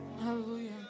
Hallelujah